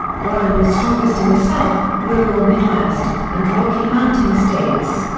bryan was strongest in the south, rural midwest, and rocky mountain states.